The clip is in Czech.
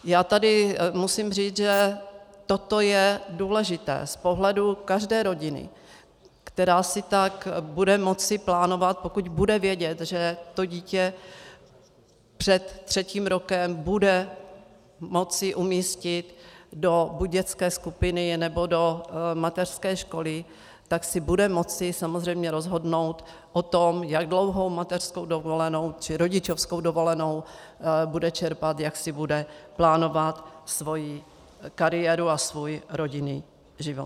Já tady musím říct, že toto je důležité z pohledu každé rodiny, která si tak bude moci plánovat, pokud bude vědět, že dítě před třetím rokem bude moci umístit do buď dětské skupiny, nebo do mateřské školy, tak si bude moci samozřejmě rozhodnout o tom, jak dlouhou mateřskou dovolenou či rodičovskou dovolenou bude čerpat, jak si bude plánovat svoji kariéru a svůj rodinný život.